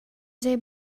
zei